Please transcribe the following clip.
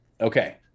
Okay